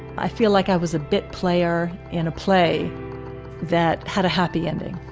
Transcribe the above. i feel like i was a bit player in a play that had a happy ending